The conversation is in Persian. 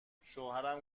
شوهرم